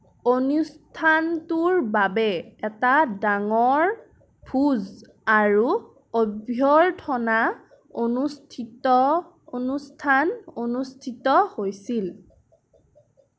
অনুষ্ঠানটোৰ বাবে এটা ডাঙৰ ভোজ আৰু অভ্যৰ্থনা অনুস্থিত অনুষ্ঠান অনুস্থিত হৈছিল